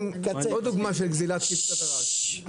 עוד דוגמה של גזילת כבשת הרש.